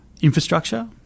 infrastructure